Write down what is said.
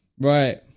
right